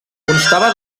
constava